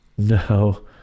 No